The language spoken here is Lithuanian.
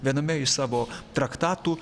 viename iš savo traktatų